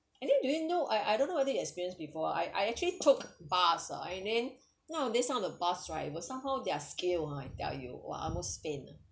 and then do you know I I don't know whether you experience before I I actually took bus ah and then nowadays some of the bus driver somehow their skill I tell you !wah! almost faint ah